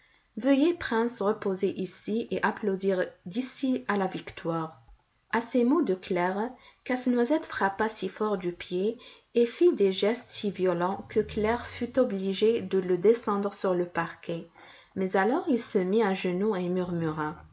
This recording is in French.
veuillez prince reposer ici et applaudir d'ici à la victoire à ces mots de claire casse-noisette frappa si fort du pied et fit des gestes si violents que claire fut obligée de le descendre sur le parquet mais alors il se mit à genoux et